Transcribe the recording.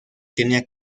tenía